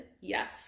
Yes